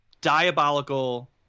diabolical